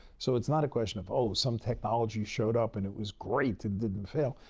so, it's not a question of, oh, some technology showed up, and it was great and didn't fail.